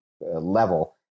level